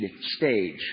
stage